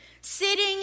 sitting